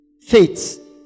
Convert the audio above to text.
Faith